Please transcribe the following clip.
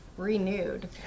renewed